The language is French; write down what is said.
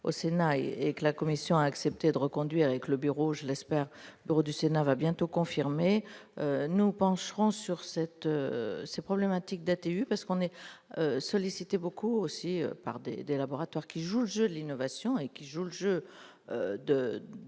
au Sénat et et que la commission a accepté de reconduit avec le bureau, je l'espère, bureau du Sénat va bientôt confirmer, nous nous pencherons sur cette c'est problématique datée parce qu'on est sollicité beaucoup aussi par des des laboratoires qui jouent le jeu de l'innovation et qui jouent le jeu de